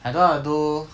I don't want to do